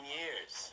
years